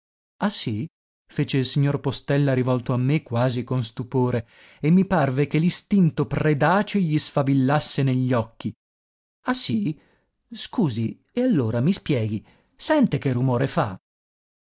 ah sì fece il signor postella rivolto a me quasi con stupore e mi parve che l'istinto predace gli sfavillasse negli occhi ah sì scusi e allora mi spieghi sente che rumore fa